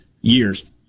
years